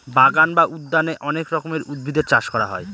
বাগান বা উদ্যানে অনেক রকমের উদ্ভিদের চাষ করা হয়